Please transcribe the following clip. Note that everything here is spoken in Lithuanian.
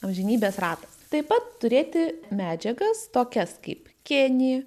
amžinybės ratas taip pat turėti medžiagas tokias kaip kėnį